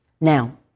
Now